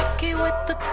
becky with the